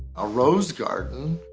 a rose garden.